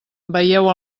veieu